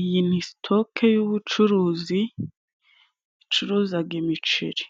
Iyi ni sitoke y'ubucuruzi icuruzaga imiceri.